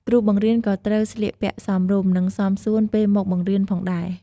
គ្រូបង្រៀនក៏ត្រូវស្លៀកពាក់សមរម្យ និងសមសួនពេលមកបង្រៀនផងដែរ។